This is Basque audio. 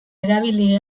erabili